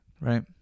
right